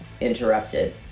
interrupted